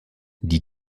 die